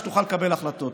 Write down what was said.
שתוכל לקבל החלטות.